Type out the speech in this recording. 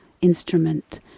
instrument